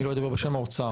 אני לא אדבר בשם האוצר,